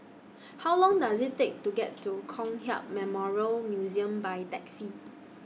How Long Does IT Take to get to Kong Hiap Memorial Museum By Taxi